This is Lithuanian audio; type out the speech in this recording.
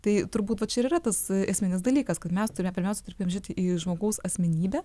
tai turbūt va čia ir yra tas esminis dalykas kad mes turime pirmiausia tarkim žiūrėti į žmogaus asmenybę